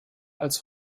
als